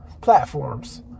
platforms